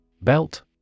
Belt